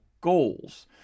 goals